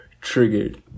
Triggered